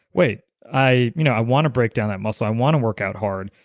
wait, i you know i want to break down that muscle, i want to work out hard,